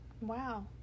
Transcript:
Wow